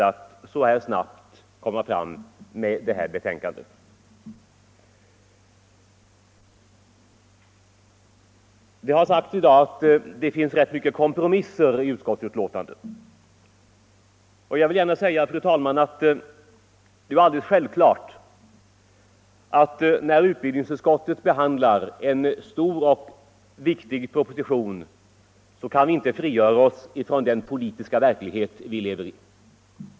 Det har sagts i dag att utskottsbetänkandet innehåller rätt många kompromisser. Det är självklart att när utskottet behandlar en stor och viktig proposition så kan vi inte frigöra oss från den politiska verklighet vi lever i.